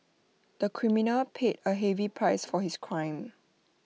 the criminal paid A heavy price for his crime